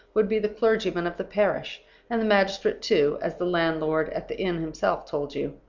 would be the clergyman of the parish and the magistrate, too, as the landlord at the inn himself told you.